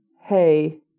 hey